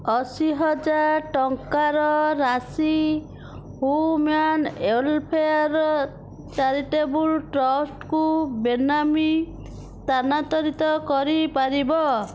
ଅଶୀ ହଜାର ଟଙ୍କାର ରାଶି ହୁ ମ୍ୟାନ୍ ୱେଲ୍ଫେୟାର୍ ଚାରିଟେବୁଲ୍ ଟ୍ରଷ୍ଟକୁ ବେନାମୀ ସ୍ଥାନାନ୍ତରିତ କରିପାରିବ